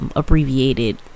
abbreviated